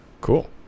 Cool